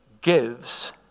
gives